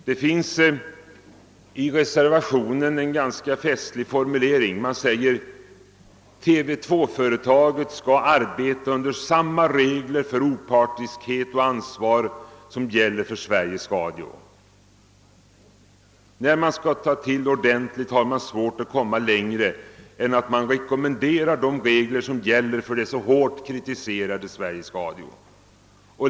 Det finns i reservationen en ganska festlig formulering, nämligen följande: »TV 2-företaget skall arbeta under samma regler för opartiskhet och ansvar som gäller för Sveriges Radio.» När man skall ta till ordentligt har man alltså svårt att komma längre än till en rekommendation av de regler som gäller för det så hårt kritiserade Sveriges Radio.